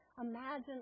imagine